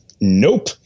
Nope